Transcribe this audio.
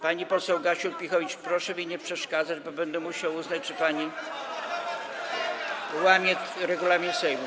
Pani poseł Gasiuk-Pihowicz, proszę mi nie przeszkadzać, bo będę musiał uznać, że łamie pani regulamin Sejmu.